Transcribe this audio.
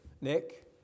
Nick